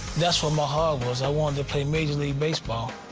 that's where my heart was. i wanted to play major league baseball.